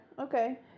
okay